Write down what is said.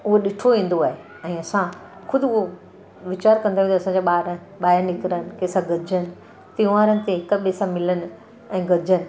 उहो ॾिठो वेंदो आहे ऐं असां ख़ुदि उहो वीचारु कंदासीं असांजा ॿार ॿाहिरि निकिरनि त सभु अचनि त्यौहारनि ते हिक ॿिए सां मिलनि ऐं गॾिजनि